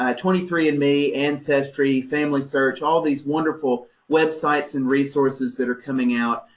ah twenty three and me, ancestry, familysearch, all these wonderful websites and resources that are coming out.